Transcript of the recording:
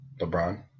LeBron